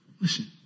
listen